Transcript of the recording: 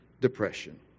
depression